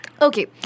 Okay